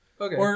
Okay